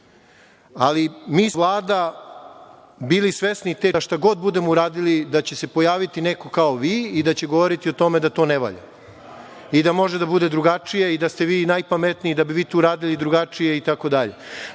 smo kao Vlada, bili svesni te činjenice da šta god budemo uradili da će se pojaviti neko kao vi i da će govoriti o tome da to ne valja, da može da bude drugačije, da ste vi najpametniji, da bi vi to uradili drugačije i tako dalje,